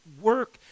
work